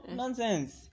nonsense